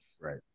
Right